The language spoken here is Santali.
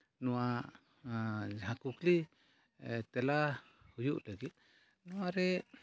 ᱱᱚᱣᱟ ᱡᱟᱦᱟᱸ ᱠᱩᱠᱞᱤ ᱛᱮᱞᱟ ᱦᱩᱭᱩᱜ ᱞᱟᱹᱜᱤᱫ ᱱᱚᱣᱟ ᱨᱮ